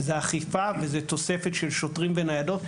זה אכיפה וזה תוספת של שוטרים וניידות.